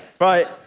Right